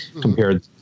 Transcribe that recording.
compared